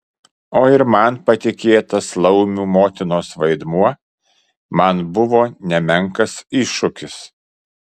o ir man patikėtas laumių motinos vaidmuo man buvo nemenkas iššūkis